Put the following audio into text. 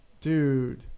Dude